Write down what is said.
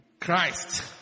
Christ